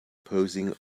posing